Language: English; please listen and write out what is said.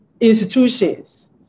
institutions